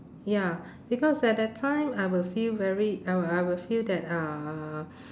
ya because at that time I will feel very I I will feel that uh